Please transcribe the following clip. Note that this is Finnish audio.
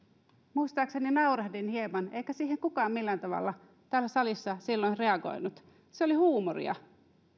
muistaakseni naurahdin hieman eikä siihen kukaan millään tavalla täällä salissa silloin reagoinut se oli huumoria